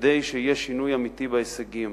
כדי שיהיה שינוי אמיתי בהישגים.